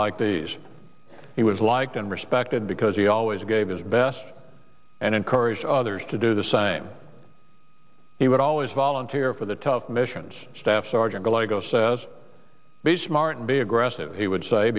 like these he was liked and respected because he always gave his best and encouraged others to do the same he would always volunteer for the tough missions staff sergeant glasgow says be smart and be aggressive he would say